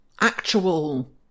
actual